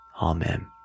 Amen